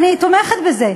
אני תומכת בזה.